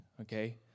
okay